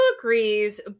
agrees